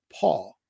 Paul